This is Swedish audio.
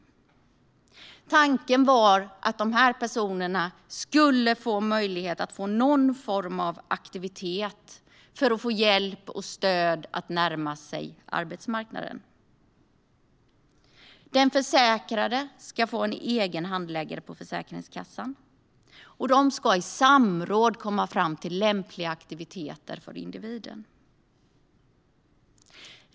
Tanken var att dessa personer skulle få möjlighet att ha någon form av aktivitet och få hjälp och stöd att närma sig arbetsmarknaden. Den försäkrade ska få en egen handläggare på Försäkringskassan, och de ska i samråd komma fram till lämpliga aktiviteter för individen.